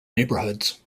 neighborhoods